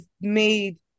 made